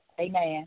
Amen